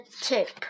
tip